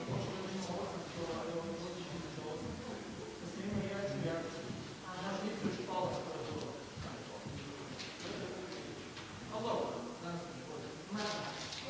Hvala